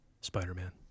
Spider-Man